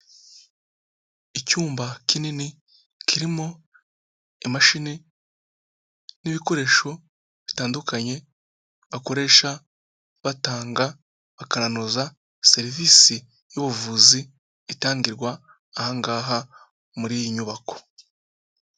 Icyumba kinini kirimo imashini n'ibikoresho bitandukanye, bakoresha batanga, bakananoza serivisi y'ubuvuzi itangirwa aha ngaha muri iyi nyubako.